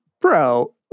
bro